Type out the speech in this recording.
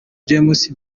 james